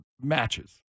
matches